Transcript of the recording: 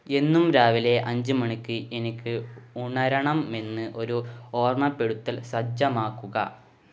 എന്നും രാവിലെ അഞ്ച് മണിക്ക് എനിക്ക് ഉണരണമെന്ന് ഒരു ഓർമ്മപ്പെടുത്തൽ സജ്ജമാക്കുക